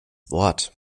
wort